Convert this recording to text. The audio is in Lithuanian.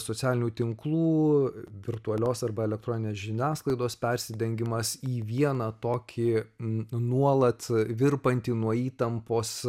socialinių tinklų virtualios arba elektroninės žiniasklaidos persidengimas į vieną tokį nuolat virpantį nuo įtampos